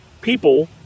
people